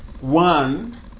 One